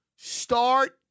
start